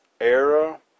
era